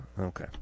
Okay